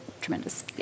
tremendous